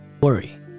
worry